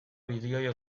bideo